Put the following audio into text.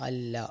അല്ല